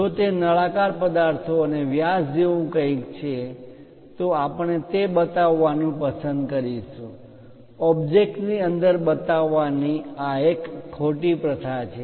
જો તે નળાકાર પદાર્થો અને વ્યાસ જેવું કંઈક છે તો આપણે તે બતાવવાનું પસંદ કરીશું ઓબ્જેક્ટ ની અંદર બતાવવાની આ એક ખોટી પ્રથા છે